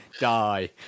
die